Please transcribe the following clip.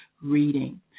reading